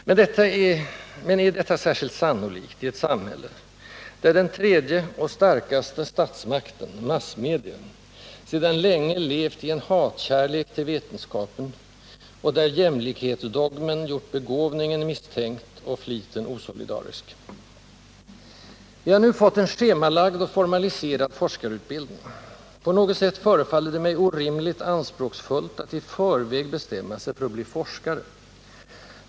Men är detta särskilt sannolikt i ett samhälle där den tredje — och starkaste — statsmakten, massmedia, sedan länge levt i en hatkärlek till vetenskapen, och där jämlikhetsdogmen gjort begåvningen misstänkt och fliten osolidarisk? Vi har nu fått en schemalagd och formaliserad ”forskarutbildning”. På något sätt förefaller det mig orimligt anspråksfullt att i förväg bestämma sig för att bli ”forskare”.